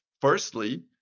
firstly